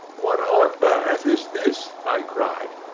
what on earth is this? i cried,